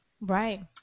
Right